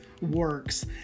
works